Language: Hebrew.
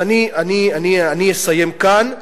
אז אני אסיים כאן.